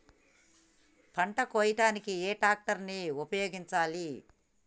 పంట కోయడానికి ఏ ట్రాక్టర్ ని ఉపయోగించాలి?